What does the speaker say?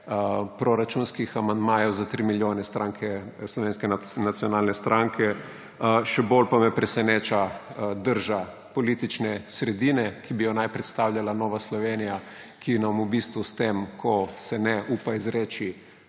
proračunskih amandmajev za tri milijone Slovenske nacionalne stranke. Še bolj pa me preseneča drža politične sredine, ki naj bi jo predstavljala Nova Slovenija, ki nam v bistvu s tem, ko se ne upa izreči